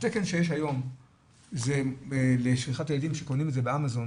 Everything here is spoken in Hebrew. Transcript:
התקן שיש היום לשכחת ילדים שקונים את זה באמזון,